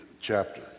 chapter